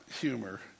humor